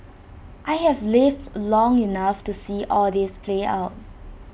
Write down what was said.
I have lived long enough to see all this play out